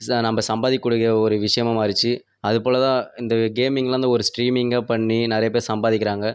சா நம்ம சம்பாதிக்க கூடிய ஒரு விஷயமா மாறுச்சு அதுபோல் தான் இந்த கேமிங்லாம் அந்த ஒரு ஸ்ட்ரீமிங்காக பண்ணி நிறையா பேர் சம்பாதிக்கிறாங்க